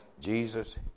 Jesus